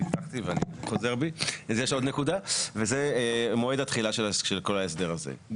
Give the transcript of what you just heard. יש עוד נקודה, והיא מועד ההתחלה של כל ההסדר הזה.